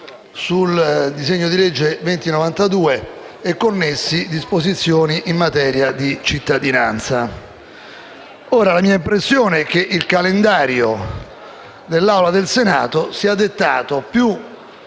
del disegno di legge n. 2092 e connessi, recante disposizioni in materia di cittadinanza. La mia impressione è che il calendario dell'Assemblea del Senato sia dettato più